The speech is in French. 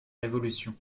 révolution